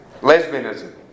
Lesbianism